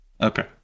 Okay